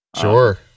Sure